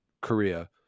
Korea